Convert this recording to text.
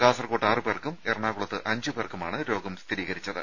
കാസർകോട്ട് ആറുപേർക്കും എറണാകുളത്ത് അഞ്ച് പേർക്കുമാണ് രോഗം സ്ഥിരീകരിച്ചത്